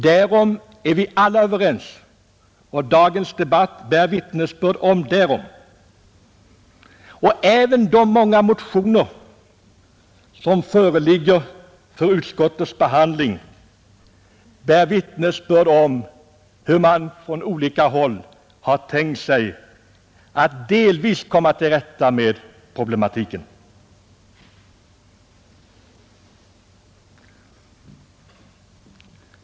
Därom är vi alla överens. Dagens debatt bär vittnesbörd om det. Även de många motioner som föreligger för utskottsbehandling bär vittnesbörd om hur man från olika håll har tänkt sig att åtminstone delvis komma till rätta med problematiken.